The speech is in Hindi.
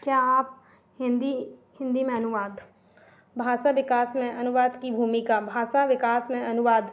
क्या आप हिंदी हिंदी में अनुवाद भाषा विकास में अनुवाद की भूमिका भाषा विकास में अनुवाद